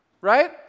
Right